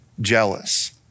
jealous